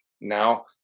now